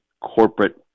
corporate